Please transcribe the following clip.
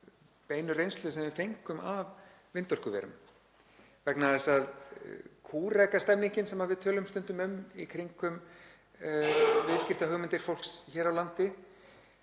beinu reynslu sem við fengum af vindorkuverum vegna þess að kúrekastemmningin, sem við tölum stundum um í kringum viðskiptahugmyndir fólks hér á landi,